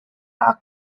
are